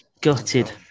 gutted